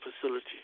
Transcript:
facility